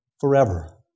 Forever